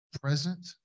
Present